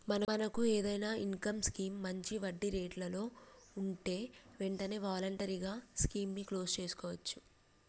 మనకు ఏదైనా income scheme మంచి వడ్డీ రేట్లలో ఉంటే వెంటనే వాలంటరీగా స్కీమ్ ని క్లోజ్ సేసుకోవచ్చు